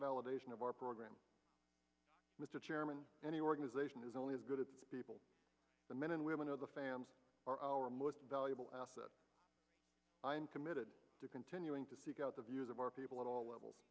validation of our program with the chairman any organization is only as good at the people the men and women are the fans are our most valuable asset i am committed to continuing to seek out the views of our people at all levels